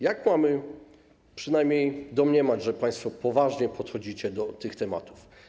Jak mamy przynajmniej domniemywać, że państwo poważnie podchodzicie do tych tematów?